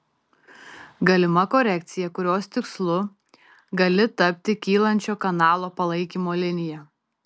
galima korekcija kurios tikslu gali tapti kylančio kanalo palaikymo linija